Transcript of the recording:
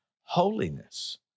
holiness